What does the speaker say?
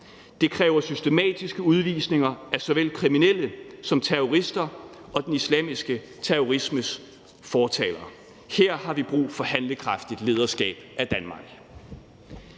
Det kræver systematiske udvisninger af såvel kriminelle som terrorister og den islamiske terrorismes fortalere. Her har vi brug for handlekraftigt lederskab af Danmark.